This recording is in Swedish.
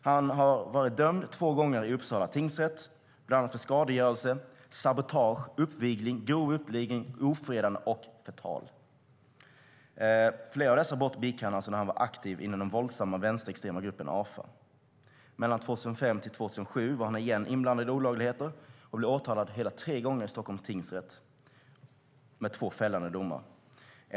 Han har dömts två gånger i Uppsala tingsrätt, bland annat för skadegörelse, sabotage, uppvigling, grov uppvigling, ofredande och förtal. Flera av dessa brott begick han när han var aktiv inom den våldsamma vänsterextrema gruppen AFA. Mellan 2005 och 2007 var han igen inblandad i olagligheter och blev åtalad hela tre gånger i Stockholms tingsrätt med två fällande domar som resultat.